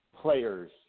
players